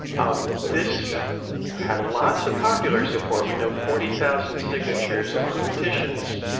um this had lots of popular support. we know forty thousand signatures on petitions.